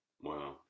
Wow